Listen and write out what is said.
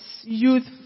youth